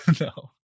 No